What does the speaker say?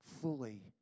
fully